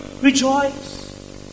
rejoice